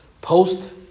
post